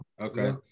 Okay